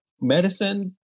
medicine